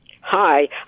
Hi